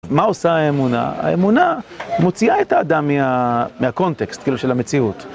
מה עושה האמונה? האמונה מוציאה את האדם מהקונטקסט כאילו של המציאות.